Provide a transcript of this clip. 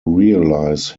realise